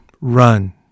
run